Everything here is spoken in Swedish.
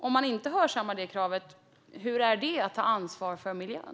Om man inte hörsammar det kravet, hur kan det ses som ansvarstagande för miljön?